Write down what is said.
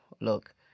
look